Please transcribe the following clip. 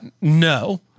no